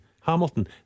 Hamilton